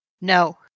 No